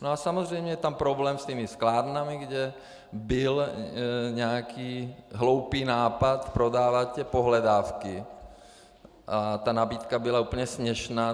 A samozřejmě je tam problém s těmi sklárnami, kde byl nějaký hloupý nápad prodávat pohledávky, a ta nabídka byla úplně směšná.